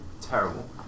terrible